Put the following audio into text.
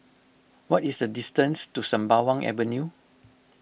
what is the distance to Sembawang Avenue